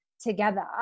together